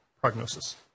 prognosis